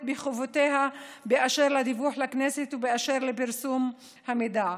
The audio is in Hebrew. בחובותיה באשר לדיווח לכנסת ובאשר לפרסום המידע.